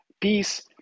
peace